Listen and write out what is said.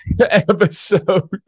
episode